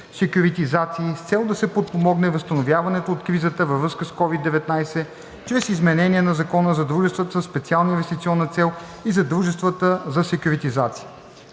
с цел да се подпомогне възстановяването от кризата във връзка с COVID-19 – чрез изменение на Закона за дружествата със специална инвестиционна цел и за дружествата за секюритизация.